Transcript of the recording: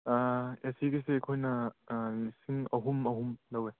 ꯑꯥ ꯑꯦ ꯁꯤꯒꯁꯦ ꯑꯩꯈꯣꯏꯅ ꯑꯥ ꯂꯤꯁꯤꯡ ꯑꯍꯨꯝ ꯑꯍꯨꯝ ꯂꯧꯋꯦ